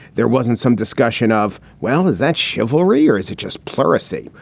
there wasn't some discussion of, well, is that chivalry or is it just pleurisy?